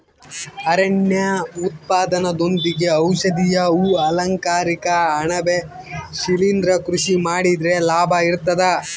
ಅರಣ್ಯ ಉತ್ಪನ್ನದೊಂದಿಗೆ ಔಷಧೀಯ ಹೂ ಅಲಂಕಾರಿಕ ಅಣಬೆ ಶಿಲಿಂದ್ರ ಕೃಷಿ ಮಾಡಿದ್ರೆ ಲಾಭ ಇರ್ತದ